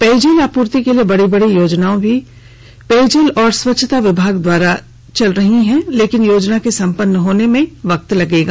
पेयजल आपूर्ति के लिए बडी बडी योजनायें भी पेयजल एव स्वच्छता विभाग के द्वारा चल रही हैं लेकिन योजना के संपन्न होने में वक्त लगेगा